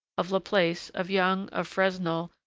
of laplace, of young, of fresnel,